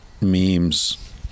memes